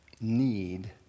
need